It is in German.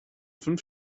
fünf